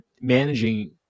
managing